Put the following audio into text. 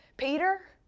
Peter